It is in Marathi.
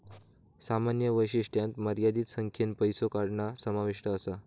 सामान्य वैशिष्ट्यांत मर्यादित संख्येन पैसो काढणा समाविष्ट असा